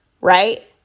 right